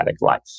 life